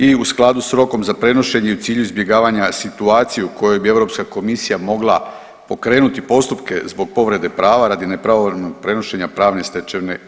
I u skladu sa rokom za prenošenje i u cilju izbjegavanja situacije u kojoj bi Europska komisija mogla pokrenuti postupke zbog povrede prava radi nepravovremenog prenošenja pravne stečevine EU.